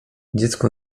dziecku